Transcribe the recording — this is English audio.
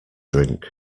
drink